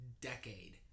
decade